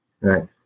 Right